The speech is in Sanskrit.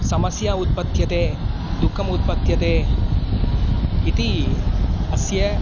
समस्या उत्पद्यते दुःखम् उत्पद्यते इति अस्य